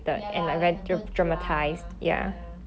ya lah like 很多 drama ya